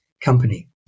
company